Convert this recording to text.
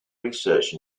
research